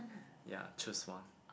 ya choose one